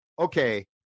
Okay